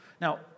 Now